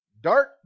dark